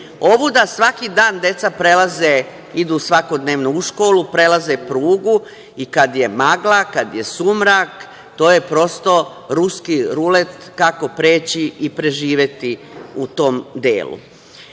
Ovuda svaki dan deca prelaze, idu svakodnevno u školu, prelaze prugu i kada je magla, kada je sumrak to je prosto ruski rulet, kako preći i preživeti u tom